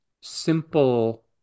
simple